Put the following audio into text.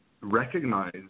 recognize